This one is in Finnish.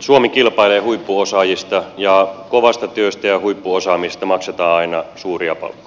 suomi kilpailee huippuosaajista ja kovasta työstä ja huippuosaamisesta maksetaan aina suuria palkkoja